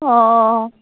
অঁ অঁ অঁ